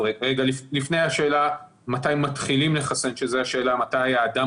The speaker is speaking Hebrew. לפני השאלה מתי מתחילים לחסן זו השאלה מתי האדם